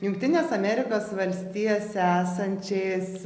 jungtinės amerikos valstijose esančiais